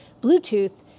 Bluetooth